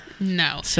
No